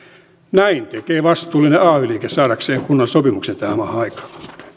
näin tekee vastuullinen ay liike saadakseen kunnon sopimuksen tähän maahan aikaan